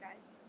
guys